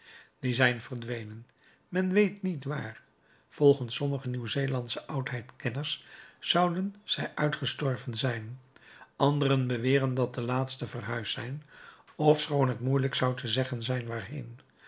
die zijn verdwenen men weet niet waar volgens sommige nieuw zeelandsche oudheidkenners zouden zij uitgestorven zijn anderen beweren dat de laatsten verhuisd zijn ofschoon het moeielijk zou te zeggen zijn waarheen